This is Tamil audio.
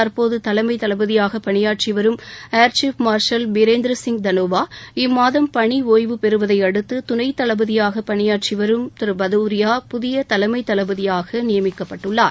தற்போது தலைமை தளபதியாக பணியாற்றி வரும் ஏா்ஷிப் மா்ஷல் பீரேந்திர சிங் தனோவா இம்மாதம் பணி ஒய்வு பெறுவதை அடுத்து துணைத்தலைவராக பணியாற்றி வரும் பதவ்ரியா புதிய தலைவராக நியமிக்கப்பட்டுள்ளார்